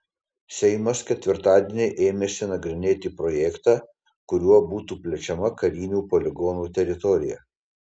seimas ketvirtadieni ėmėsi nagrinėti projektą kuriuo būtų plečiama karinių poligonų teritorija